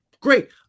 great